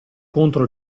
contro